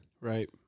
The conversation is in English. Right